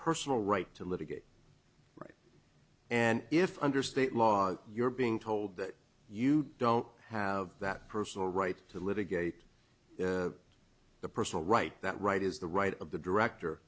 personal right to litigate and if under state law if you're being told that you don't have that personal right to litigate the personal right that right is the right of the director